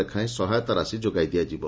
ଲେଖାଏଁ ସହାୟତା ରାଶି ଯୋଗାଇ ଦିଆଯିବ